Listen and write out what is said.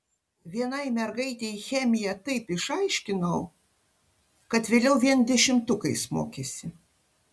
vienai mergaitei chemiją taip išaiškinau kad vėliau vien dešimtukais mokėsi